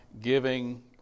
giving